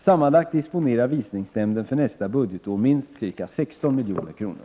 Sammanlagt disponerar Visningsnämnden för nästa budgetår minst ca 16 milj.kr.